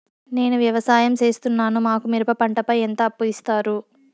నేను వ్యవసాయం సేస్తున్నాను, మాకు మిరప పంటపై ఎంత అప్పు ఇస్తారు